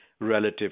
relative